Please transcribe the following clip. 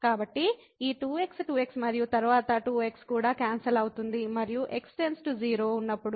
కాబట్టి ఈ 2x 2x మరియు తరువాత 2x కూడా క్యాన్సల్ అవుతుంది మరియు x → 0 ఉన్నప్పుడు